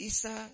Isa